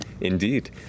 Indeed